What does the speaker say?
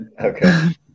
Okay